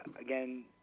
again